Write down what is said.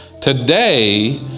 Today